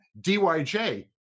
DYJ